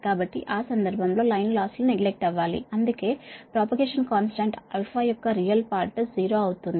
కాబట్టి ఆ సందర్భం లో లైన్ లాస్ లు నెగ్లెక్ట్ అవ్వాలి అప్పుడు ప్రాపగేషన్ కాంస్టాంట్ α యొక్క రియల్ పార్ట్ 0 అవుతుంది